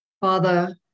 Father